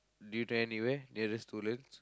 do you know anywhere nearest to Woodlands